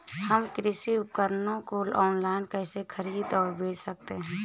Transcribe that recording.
हम कृषि उपकरणों को ऑनलाइन कैसे खरीद और बेच सकते हैं?